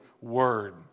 word